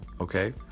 okay